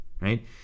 right